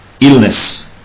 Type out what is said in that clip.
illness